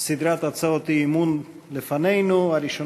גילה גמליאל, אבישי